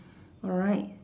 alright